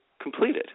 completed